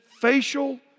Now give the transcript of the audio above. facial